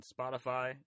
Spotify